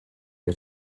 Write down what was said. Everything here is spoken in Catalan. que